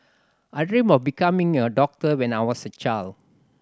I dreamt of becoming a doctor when I was a child